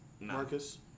Marcus